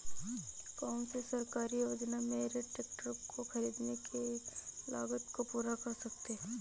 कौन सी सरकारी योजना मेरे ट्रैक्टर को ख़रीदने की लागत को पूरा कर सकती है?